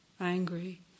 angry